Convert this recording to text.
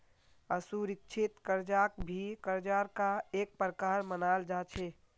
असुरिक्षित कर्जाक भी कर्जार का एक प्रकार मनाल जा छे